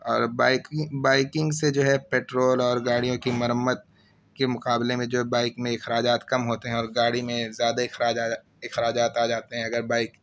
اور بائیکنگ سے جو ہے پیٹرول اور گاڑیوں کی مرمت کے مقابلے میں جو ہے بائیک میں اخراجات کم ہوتے ہیں اور گاڑی میں زیادہ اخراجات آ جاتے ہیں اگر بائیک